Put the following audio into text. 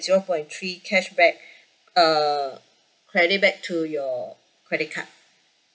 zero point three cashback uh credit back to your credit card